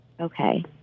Okay